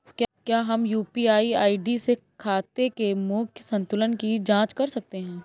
क्या हम UPI ID से खाते के मूख्य संतुलन की जाँच कर सकते हैं?